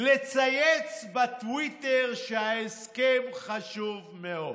לצייץ בטוויטר שההסכם חשוב מאוד.